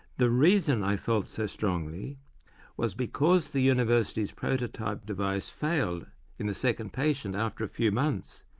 the reason i felt so strongly was because the university's prototype device failed in the second patient after a few months,